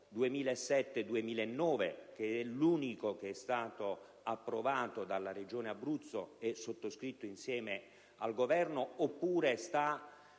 2007-2009, che è l'unico approvato dalla Regione Abruzzo e sottoscritto insieme al Governo, oppure sta